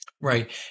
Right